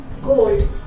gold